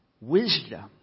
Wisdom